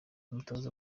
umutoza